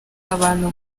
abantu